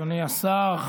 חבר הכנסת סמוטריץ'.